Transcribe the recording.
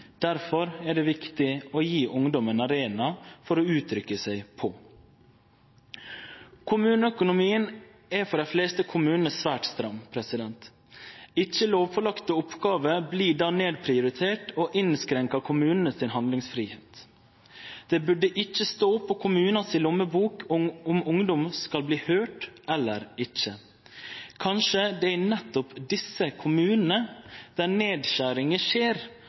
er det viktig å gi ungdom ein arena å uttrykkje seg på. Kommuneøkonomien er for dei fleste kommunar svært stram. Ikkje lovpålagde oppgåver blir då nedprioriterte og innskrenkar kommunane sin handlingsfridom. Det burde ikkje stå på kommunen si lommebok om ungdom skal bli høyrd eller ikkje. Kanskje det er i nettopp dei kommunane der nedskjeringane skjer,